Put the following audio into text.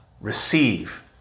receive